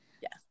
Yes